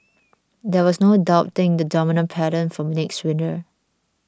there was no doubting the dominant pattern for next winter